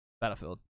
Battlefield